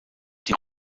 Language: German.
die